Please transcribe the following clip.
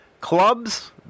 Clubs